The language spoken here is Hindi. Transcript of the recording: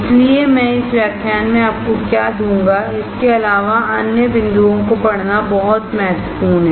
इसलिए मैं इस व्याख्यान में आपको क्या दूंगा इसके अलावा अन्य बिंदुओं को पढ़ना बहुत महत्वपूर्ण है